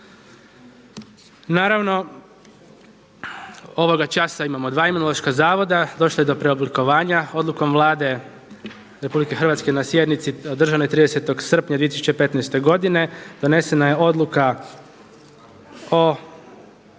Naravno ovoga časa imamo dva Imunološka zavoda. Došlo je do preoblikovanja odlukom Vlade RH na sjednici održanoj 30. srpnja 2015. godine donesena je odluka o,